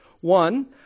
One